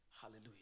Hallelujah